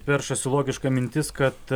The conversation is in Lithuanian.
peršasi logiška mintis kad